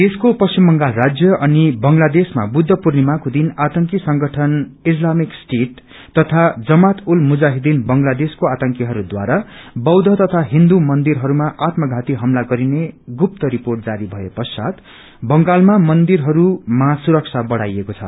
देशको पश्चिम बंगाल राज्य अनि बंगलादेश मा बुद्ध पूर्णिमाको दिन आतंकी संगठन आईएस तथा जमात उल मुजाहिदिन बंगलादेशको आतंकीहरू द्वारा बौद्ध तथा हिन्दू मन्दिरहरूमा आत्मघाती हमला गरिने गुत्त रिर्पोट जारी भए पचात बंगालमा मन्दिरहरूमा सुरबा बढ़ाईएको छ